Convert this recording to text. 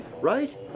right